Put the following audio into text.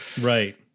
Right